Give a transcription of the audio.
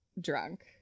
drunk